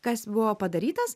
kas buvo padarytas